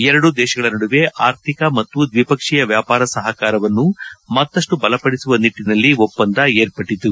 ಎರಡೂ ದೇಶಗಳ ನಡುವೆ ಆರ್ಥಿಕ ಮತ್ತು ದ್ವಿಪಕ್ಷೀಯ ವ್ಯಾಪಾರ ಸಹಕಾರವನ್ನು ಮತ್ತಷ್ಟು ಬಲಪಡಿಸುವ ನಿಟ್ಟನಲ್ಲಿ ಒಪ್ಪಂದ ಏರ್ಪಟ್ಟತು